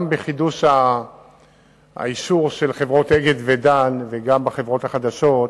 גם בחידוש האישור של חברות "אגד" ו"דן" וגם עם החברות החדשות,